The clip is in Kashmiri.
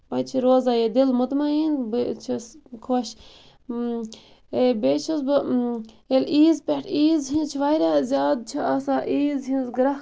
پَتہٕ چھُ روزان ییٚتہِ دِل مُتمٔیٖن بیٚیہِ چھَس خۄش بیٚیہِ چھَس بہٕ ییٚلہِ عیٖذ پیٚٹھ عیٖذ ہٕنٛز واریاہ زیادٕ چھِ آسان عیٖذ ہٕنٛز گرٛیکھ